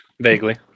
Vaguely